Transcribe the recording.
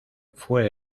fue